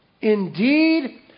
indeed